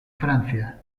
francia